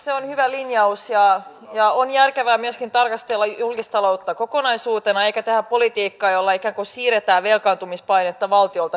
se on hyvä linjaus ja on järkevää myöskin tarkastella julkistaloutta kokonaisuutena eikä tehdä politiikkaa jolla ikään kuin siirretään velkaantumispainetta valtiolta kuntatasolle